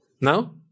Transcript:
Now